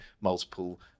multiple